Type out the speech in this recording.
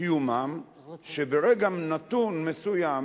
היא שברגע נתון מסוים,